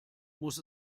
muss